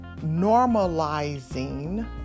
normalizing